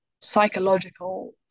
psychological